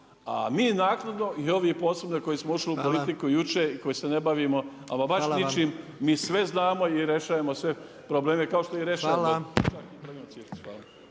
A mi naknadno i ovi posebno koji smo išli u politiku jučer i koji se ne bavimo ama baš ničim, mi sve znamo i rješavamo sve probleme kao što ih